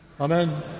Amen